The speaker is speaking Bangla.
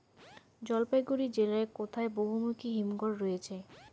জলপাইগুড়ি জেলায় কোথায় বহুমুখী হিমঘর রয়েছে?